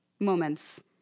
Moments